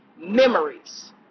memories